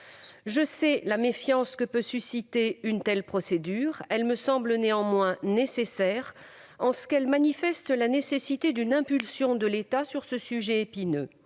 Je sais la méfiance que peut susciter une telle procédure. Elle me semble nécessaire, cependant, en ce qu'elle manifeste la nécessité d'une impulsion de l'État sur ce sujet épineux.